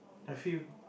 I feel